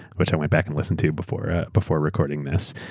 which i went back and listened to before ah before recording this.